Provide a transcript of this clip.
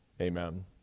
Amen